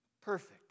perfect